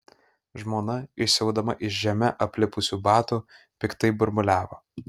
žmona išsiaudama iš žeme aplipusių batų piktai burbuliavo